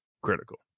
critical